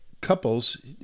couples